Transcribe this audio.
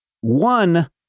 one